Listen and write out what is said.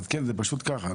אז כן, זה פשוט ככה.